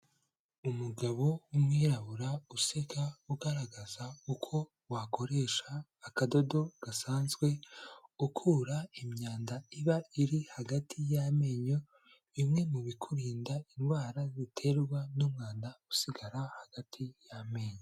Umugabo w'umwirabura useka ugaragaza uko wakoresha akadodo gasanzwe, ukura imyanda iba iri hagati y'amenyo, bimwe mu bikurinda indwara ziterwa n'umwanda usigara hagati y'amenyo.